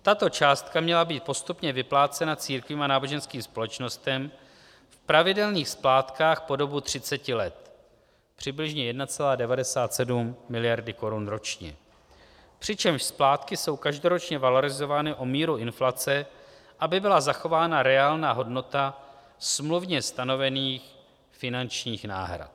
Tato částka měla být postupně vyplácena církvím a náboženským společnostem v pravidelných splátkách po dobu 30 let, přibližně 1,97 mld. korun ročně, přičemž splátky jsou každoročně valorizovány o míru inflace, aby byla zachována reálná hodnota smluvně stanovených finančních náhrad.